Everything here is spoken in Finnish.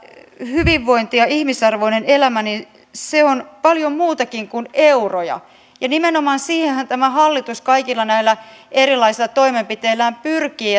hyvinvointi ja ihmisarvoinen elämä on paljon muutakin kuin euroja ja nimenomaan siihenhän tämä hallitus kaikilla näillä erilaisilla toimenpiteillään pyrkii